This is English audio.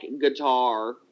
guitar